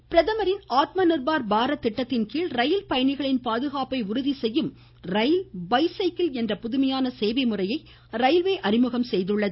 rail by cycle பிரதமரின் ஆத்மநிர்பார் பாரத் திட்டத்தின்கீழ் ரயில் பயணிகளின் பாதுகாப்பை உறுதி செய்யும் ரயில் பை சைக்கிள் என்ற புதுமையான சேவை முறையை ரயில்வே அறிமுகம் செய்துள்ளது